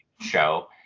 show